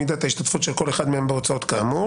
מידת ההשתתפות של כל אחד מהם בהוצאות כאמור.